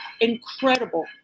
incredible